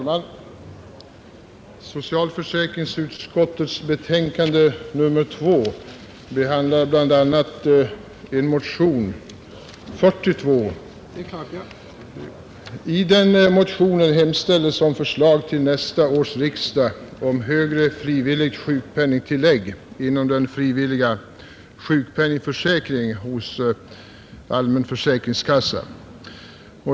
Herr talman! Socialförsäkringsutskottets betänkande nr 2 behandlar bl.a. motionen 42. I denna hemställes om förslag till nästa års riksdag om högre frivilligt sjukpenningtillägg inom den frivilliga sjukpenningförsäkringen hos allmän försäkringskassa.